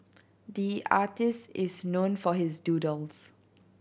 the artist is known for his doodles